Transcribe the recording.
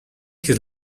his